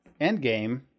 Endgame